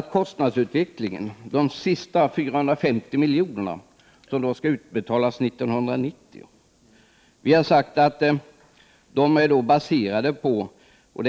Beträffande de sista 450 miljonerna, som skall utbetalas 1990, har vi moderater sagt att det